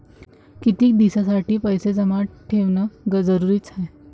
कितीक दिसासाठी पैसे जमा ठेवणं जरुरीच हाय?